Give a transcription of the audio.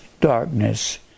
darkness